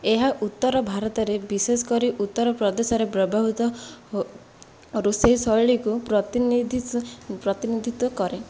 ଏହା ଉତ୍ତର ଭାରତରେ ବିଶେଷ କରି ଉତ୍ତର ପ୍ରଦେଶରେ ବ୍ୟବହୃତ ରୋଷେଇ ଶୈଳୀକୁ ପ୍ରତିନିଧିତ୍ୱ କରେ